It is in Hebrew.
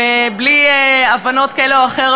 ובלי הבנות כאלה או אחרות.